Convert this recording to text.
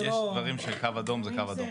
של דברים של קו אדום, זה קו אדום.